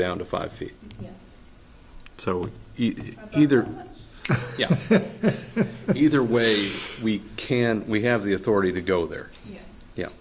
down to five feet so he either yeah either way we can we have the authority to go there yeah